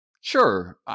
Sure